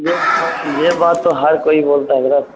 یہ بات یہ بات تو ہر کوئی بولتا ہے حضرت